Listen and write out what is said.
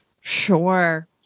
Sure